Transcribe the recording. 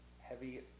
Heavy